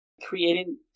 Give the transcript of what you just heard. creating